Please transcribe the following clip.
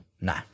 No